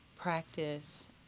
practice